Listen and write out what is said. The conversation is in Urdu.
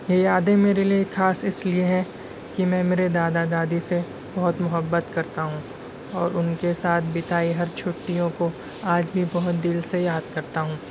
یہ یادیں میرے لیے خاص اس لیے ہے کہ میں میرے دادا دادی سے بہت محبت کرتا ہوں اور ان کے ساتھ بتائی ہر چھٹیوں کو آج بھی بہت دل سے یاد کرتا ہوں